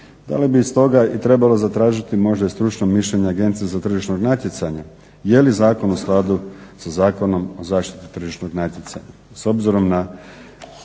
Da li bi i stoga i trebalo zatražiti možda i stručno mišljenje Agencije za tržišno natjecanje, je li zakon u skladu sa Zakonom o zaštiti tržišnog natjecanja.